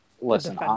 Listen